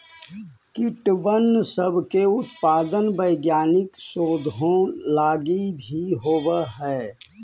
कीटबन सब के उत्पादन वैज्ञानिक शोधों लागी भी होब हई